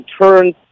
turn